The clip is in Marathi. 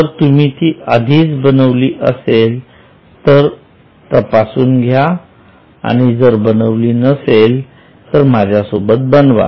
जर तुम्ही ती आधीच बनवली असेल तर तपासून घ्या आणि जर बनवली नसेल तर माझ्यासोबत बनवा